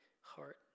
heart